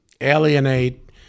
alienate